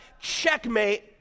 checkmate